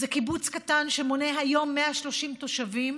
זה קיבוץ קטן שמונה היום 130 תושבים,